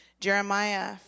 Jeremiah